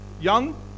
young